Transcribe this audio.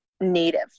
native